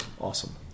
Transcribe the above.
awesome